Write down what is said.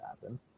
happen